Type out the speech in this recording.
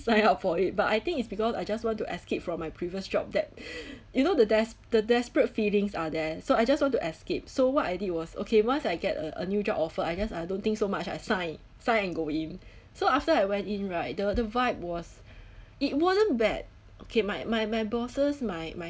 sign up for it but I think it's because I just want to escape from my previous job that you know the des~ the desperate feelings are there so I just want to escape so what I did was okay once I get a a new job offer I just I don't think so much I sign sign and go in so after I went in right the the vibe was it wasn't bad okay my my my bosses my my